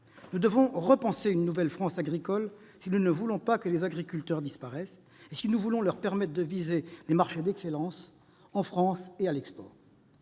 Nous devons repenser une nouvelle France agricole si nous ne voulons pas que les agriculteurs disparaissent et si nous souhaitons leur permettre de viser des marchés d'excellence, en France et à l'export.